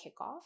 kickoff